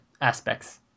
aspects